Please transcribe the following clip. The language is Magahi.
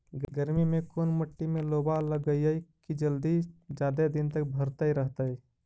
गर्मी में कोन मट्टी में लोबा लगियै कि जल्दी और जादे दिन तक भरतै रहतै?